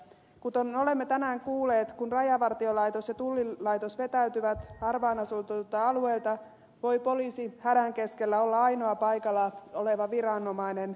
kuten olemme tänään kuulleet kun rajavartiolaitos ja tullilaitos vetäytyvät harvaanasutuilta alueilta voi poliisi hädän keskellä olla ainoa paikalla oleva viranomainen